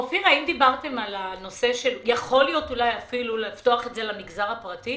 אופיר, האם דיברתם על פתיחה של הנושא למגזר הפרטי